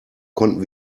konnten